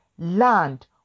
land